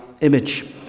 image